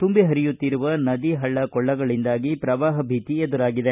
ತುಂಬಿ ಹರಿಯುತ್ತಿರುವ ನದಿ ಹಳ್ಳ ಕೊಳ್ಳಗಳಿಂದಾಗಿ ಪ್ರವಾಹ ಭೀತಿ ಎದುರಾಗಿದೆ